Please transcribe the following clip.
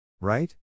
Right